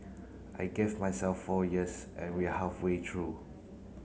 I gave myself four years and we are halfway through